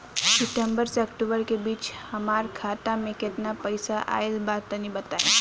सितंबर से अक्टूबर के बीच हमार खाता मे केतना पईसा आइल बा तनि बताईं?